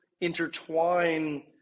intertwine